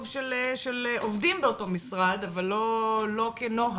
של עובדים באותו משרד אבל לא כנוהל.